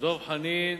דב חנין